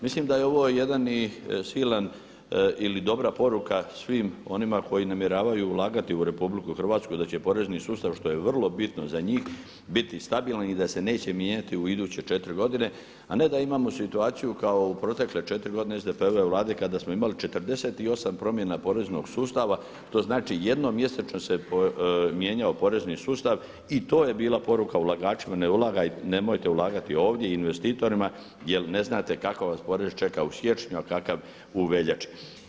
Mislim da je ovo jedan i silan ili dobra poruka svim onima koji namjeravaju ulagati u RH da će porezni sustav što je vrlo bitno za njih biti stabilan i da se neće mijenjati u iduće 4 godine, a ne da imamo situaciju kao u protekle 4 godine SDP-ove vlade kada smo imali 48 promjena poreznog sustava, to znači jednom mjesečno se mijenjao porezni sustav i to je bila poruka ulagačima nemojte ulagati ovdje i investitorima jer ne znate kakav vas porez čeka u siječnju, a kakav u veljači.